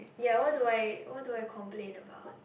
ya what do I what do I complain about